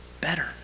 better